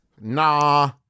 nah